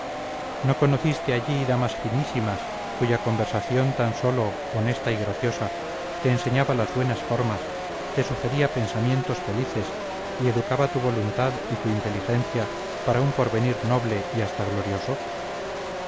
no conociste allí damas finísimas cuya conversación tan sólo honesta y graciosa te enseñaba las buenas formas te sugería pensamientos felices y educaba tu voluntad y tu inteligencia para un porvenir noble y hasta glorioso